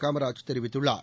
காமராஜ் தெரிவித்துள்ளார்